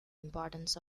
importance